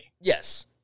Yes